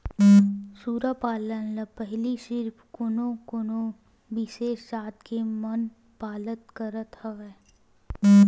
सूरा पालन ल पहिली सिरिफ कोनो कोनो बिसेस जात के मन पालत करत हवय